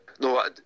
No